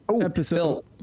episode